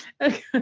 Okay